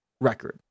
record